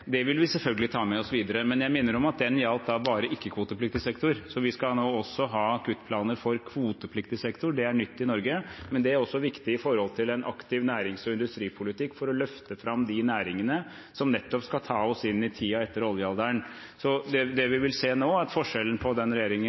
Det vil vi selvfølgelig ta med oss videre. Men jeg minner om at den gjaldt bare ikke-kvotepliktig sektor. Vi skal nå også ha kuttplaner for kvotepliktig sektor, det er nytt i Norge, men det er viktig med hensyn til en aktiv nærings- og industripolitikk for å løfte fram de næringene som nettopp skal ta oss i inn i tiden etter oljealderen. Det vi vil se nå, er at forskjellen på den regjeringen